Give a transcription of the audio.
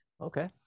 Okay